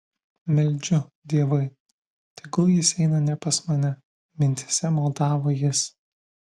meldžiu dievai tegul jis eina ne pas mane mintyse maldavo jis